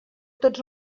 tots